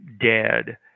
dead